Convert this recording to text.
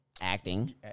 Acting